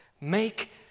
Make